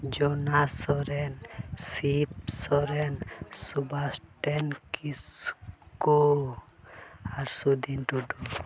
ᱡᱳᱱᱟ ᱥᱚᱨᱮᱱ ᱥᱤᱵ ᱥᱚᱨᱮᱱ ᱥᱩᱵᱷᱟᱥ ᱛᱮᱱ ᱠᱤᱥᱠᱩ ᱟᱨ ᱥᱩᱫᱤᱱᱫᱨᱚ ᱴᱩᱰᱩ